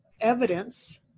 evidence